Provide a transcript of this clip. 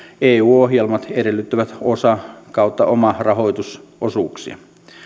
eu ohjelmat edellyttävät osa tai omarahoitusosuuksia